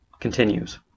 continues